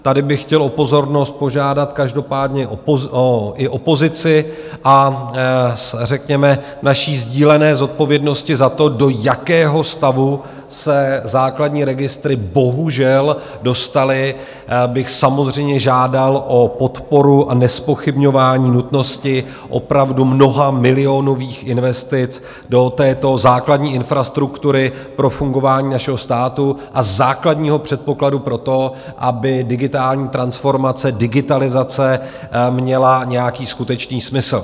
Tady bych chtěl o pozornost požádat každopádně i opozici a, řekněme, naší sdílené zodpovědnosti za to, do jakého stavu se základní registry bohužel dostaly, bych samozřejmě žádal o podporu a nezpochybňování nutnosti opravdu mnohamilionových investic do této základní infrastruktury pro fungování našeho státu a základního předpokladu pro to, aby digitální transformace, digitalizace měla nějaký skutečný smysl.